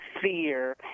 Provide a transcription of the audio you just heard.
fear